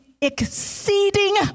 exceeding